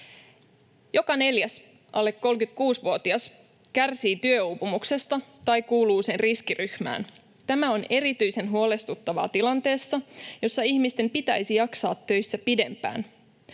Joka neljäs alle 36-vuotias kärsii työuupumuksesta tai kuuluu sen riskiryhmään. Tämä on erityisen huolestuttavaa tilanteessa, jossa ihmisten pitäisi jaksaa töissä pidempään.